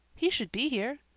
he should be here.